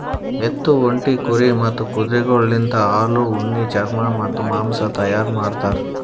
ಎತ್ತು, ಒಂಟಿ, ಕುರಿ ಮತ್ತ್ ಕುದುರೆಗೊಳಲಿಂತ್ ಹಾಲು, ಉಣ್ಣಿ, ಚರ್ಮ ಮತ್ತ್ ಮಾಂಸ ತೈಯಾರ್ ಮಾಡ್ತಾರ್